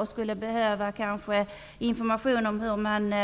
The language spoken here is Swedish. Den skulle behöva information om hur man